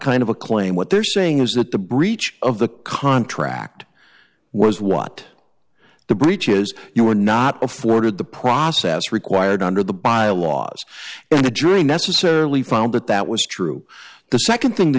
kind of a claim what they're saying is that the breach of the contract was what the breaches you were not afforded the process required under the bylaws and the jury necessarily found that that was true the nd thing the